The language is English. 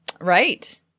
Right